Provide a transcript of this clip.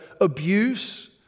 abuse